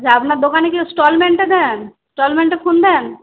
আচ্ছা আপনার দোকানে কি ইনস্টলমেন্টে দেন ইনস্টলমেন্টে ফোন দেন